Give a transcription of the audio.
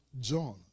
John